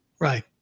Right